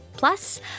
Plus